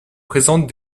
présente